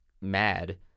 mad